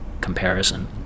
comparison